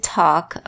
talk